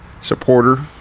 supporter